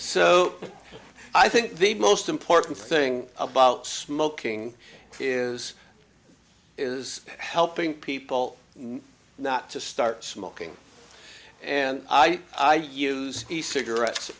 so i think the most important thing about smoking is is helping people not to start smoking and i use cigarettes